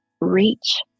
reach